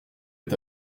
est